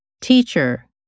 Teacher